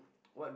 what